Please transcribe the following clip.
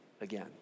again